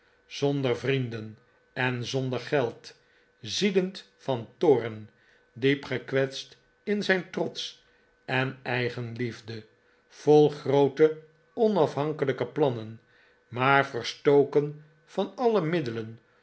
zonder vrienden en zonder geld ziedend van toorn diep gekwetst in zijn trots en eigenliefde vol groote onafhankelijke plannen maar verstoken van alle middelen